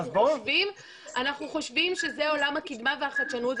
אנחנו חושבים שזה עולם הקדמה והחדשנות,